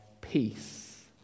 peace